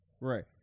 Right